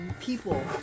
People